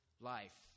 life